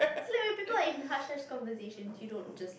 like when people are in hush hush conversation you don't just